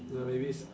uh maybe s~